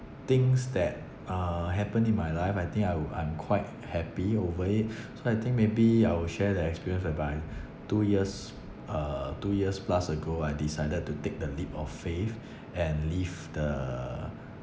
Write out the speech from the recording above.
things that uh happen in my life I think I would I'm quite happy over it so I think maybe I will share the experience whereby two years uh two years plus ago I decided to take the leap of faith and leave the